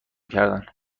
کردن